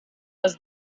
was